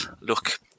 look